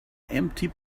empty